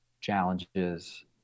challenges